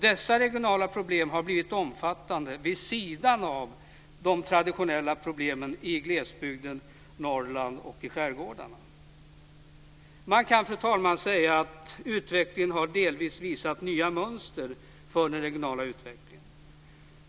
Dessa regional problem har blivit omfattande vid sidan av de traditionella problemen i glesbygden, i Norrland och i skärgården. Fru talman! Man kan säga att utvecklingen delvis har visat nya mönster för den regionala utvecklingen.